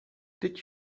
did